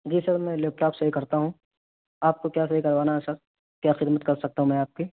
جی sir میں laptop صحیح کرتا ہوں آپ کو کیا صحیح کروانا ہے سر کیا خدمت کر سکتا ہوں میں آپ کی